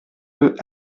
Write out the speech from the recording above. eux